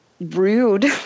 rude